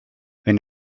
wenn